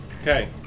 okay